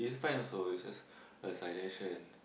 is fine also is just a suggestion